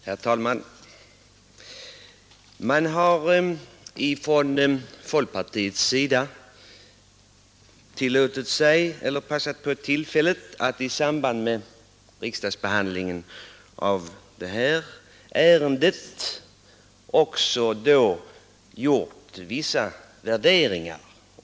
Herr talman! Man har från folkpartiets sida passat på tillfället att i samband med riksdagsbehandlingen av detta ärende göra vissa värderingar.